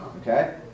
Okay